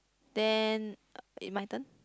then uh eh my turn